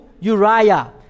Uriah